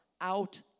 out